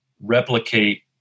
replicate